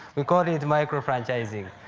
we call it micro franchising.